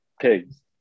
Pigs